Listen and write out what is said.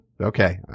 Okay